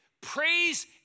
Praise